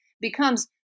becomes